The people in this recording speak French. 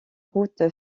route